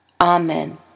Amen